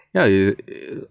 ya it's a